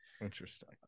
interesting